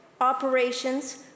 operations